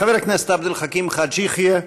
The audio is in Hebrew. חבר הכנסת עבד אל חכים חאג' יחיא.